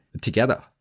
together